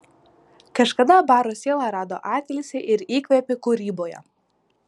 kažkada baro siela rado atilsį ir įkvėpį kūryboje